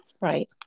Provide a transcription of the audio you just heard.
Right